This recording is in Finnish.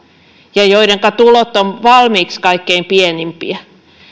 ja joidenka tulot ovat valmiiksi kaikkein pienimpiä